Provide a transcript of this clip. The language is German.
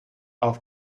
auf